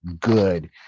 good